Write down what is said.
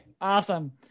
Awesome